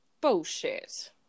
Bullshit